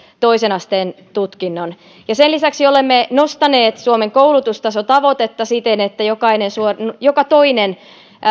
toisen asteen tutkinnon on selvä sen lisäksi olemme nostaneet suomen koulutustasotavoitetta siten että joka toinen